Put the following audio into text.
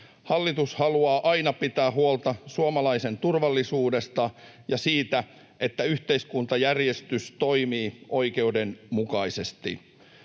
Hallitus haluaa aina pitää huolta suomalaisen turvallisuudesta ja siitä, että yhteiskuntajärjestys toimii oikeudenmukaisesti.